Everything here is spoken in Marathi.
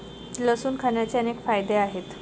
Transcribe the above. लसूण खाण्याचे अनेक फायदे आहेत